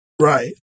right